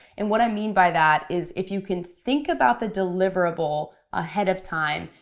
and what i mean by that is if you can think about the deliverable ahead of time,